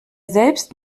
selbst